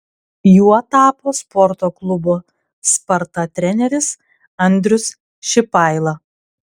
juo tapo sporto klubo sparta treneris andrius šipaila